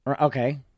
Okay